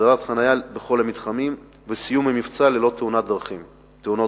הסדרת חנייה בכל המתחמים וסיום המבצע ללא תאונות דרכים.